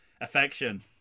Affection